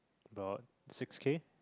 about six K